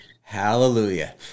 Hallelujah